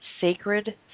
sacred